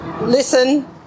listen